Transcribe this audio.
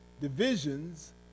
divisions